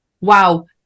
wow